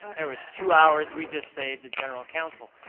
there was two hours. we just saved the general counsel.